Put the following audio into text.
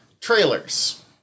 trailers